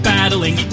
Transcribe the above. Battling